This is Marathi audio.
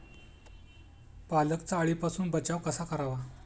पालकचा अळीपासून बचाव कसा करावा?